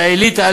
שהאליטה,